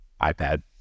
iPad